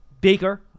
Baker